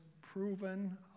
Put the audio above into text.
proven